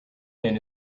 man